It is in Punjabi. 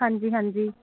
ਹਾਂਜੀ ਹਾਂਜੀ